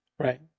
Right